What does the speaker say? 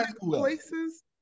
places